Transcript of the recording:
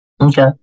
Okay